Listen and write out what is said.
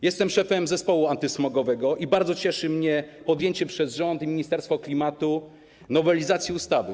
Jestem szefem zespołu antysmogowego i bardzo cieszy mnie podjęcie przez rząd i Ministerstwo Klimatu nowelizacji ustawy.